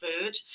food